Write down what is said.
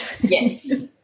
Yes